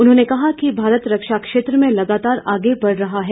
उन्होंने कहा कि भारत रक्षा क्षेत्र में लगातार आगे बढ़ रहा है